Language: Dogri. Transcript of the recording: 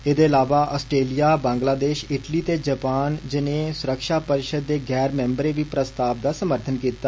एहदे इलावा आस्ट्रेलिया बंगलादेष इटली ते जपान जैने सुरक्षा परिशद दे गैर मैम्बरें बी प्रस्ताव दा समर्थन कीता